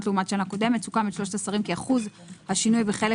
לעומת שנה קודמת סוכם עם השלושת השרים כי אחוז השינוי בחלק